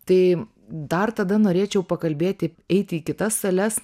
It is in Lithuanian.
tai dar tada norėčiau pakalbėti eiti į kitas sales